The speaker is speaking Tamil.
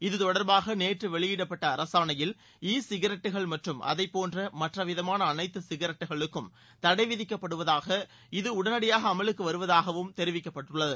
இது தொடர்பாக நேற்று வெளியிடப்பட்ட அரசாணையில் இ சிகரொட்டுகள் மற்றும் அதைப்போன்ற மற்ற விதமான அனைத்து சிகரெட்டுகளுக்கும் தடை விதிக்கப்படுவதாக இது உடனடியாக அமலுக்கு வருவதாகவும் தெரிவிக்கப்பட்டுள்ளது